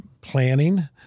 planning